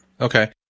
Okay